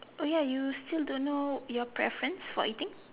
oh ya you still don't know your preference for eating